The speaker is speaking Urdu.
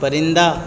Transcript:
پرندہ